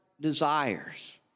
desires